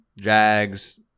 Jags